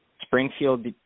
Springfield